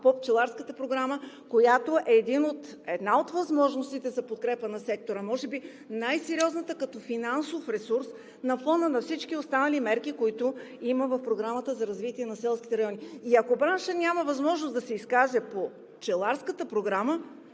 по Пчеларската програма. Тя е една от възможностите за подкрепа на сектора и може би е най-сериозната като финансов ресурс на фона на всички останали мерки, които има в Програмата за развитие на селските райони. Ако браншът няма възможност да се изкаже по Пчеларската програма,